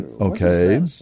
Okay